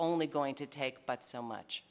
only going to take but so much